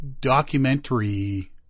documentary